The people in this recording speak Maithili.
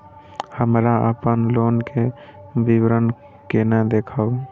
हमरा अपन लोन के विवरण केना देखब?